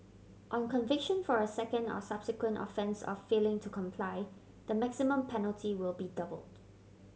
on conviction for a second or subsequent offence of failing to comply the maximum penalty will be doubled